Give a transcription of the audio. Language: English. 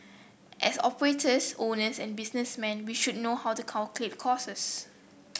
as operators owners and businessmen we should know how to calculate